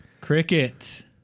Cricket